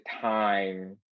time